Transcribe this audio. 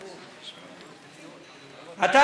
אתה,